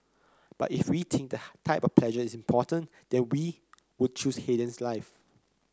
but if we think the type of pleasure is important then we would choose Haydn's life